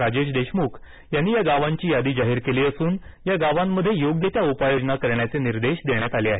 राजेश देशमुख यांनी या गावांची यादी जाहीर केली असून या गावांमध्ये योग्य त्या उपाय योजना करण्याचे निर्देश देण्यात आले आहेत